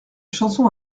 chanson